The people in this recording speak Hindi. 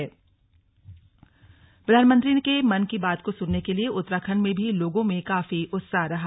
स्लग मन की बात उत्तराखंड प्रधानमंत्री के मन की बात को सुनने के लिए उत्तराखंड में भी लोगों में काफी उत्साह रहा